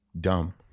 dumb